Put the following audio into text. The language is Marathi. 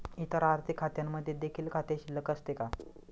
इतर आर्थिक खात्यांमध्ये देखील खाते शिल्लक असते का?